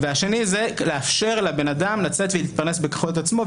והשנייה היא לאפשר לבן אדם לצאת להתפרנס בכוחות עצמו.